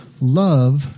love